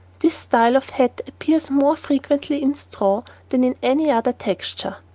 this style of hat appears more frequently in straw than in any other texture,